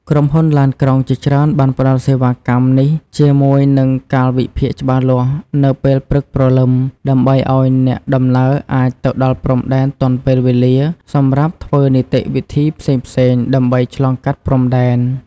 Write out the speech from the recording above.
ក្រុមហ៊ុនឡានក្រុងជាច្រើនបានផ្តល់សេវាកម្មនេះជាមួយនឹងកាលវិភាគច្បាស់លាស់នៅពេលព្រឹកព្រលឹម ដើម្បីឱ្យអ្នកដំណើរអាចទៅដល់ព្រំដែនទាន់ពេលវេលាសម្រាប់ធ្វើនីតិវិធីផ្សេងៗដើម្បីឆ្លងកាត់ព្រំដែន។